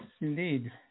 indeed